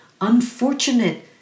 unfortunate